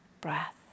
breath